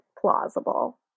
plausible